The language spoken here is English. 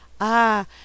Ah